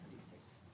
producers